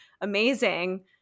amazing